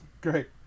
great